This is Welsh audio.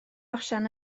osian